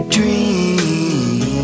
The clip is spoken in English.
Dream